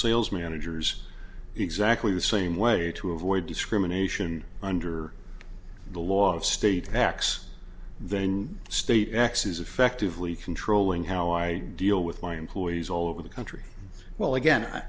sales managers exactly the same way to avoid discrimination under the law of state tax then state x is effectively controlling how i deal with my employees all over the country well again